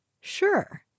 Sure